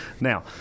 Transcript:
Now